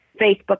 Facebook